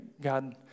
God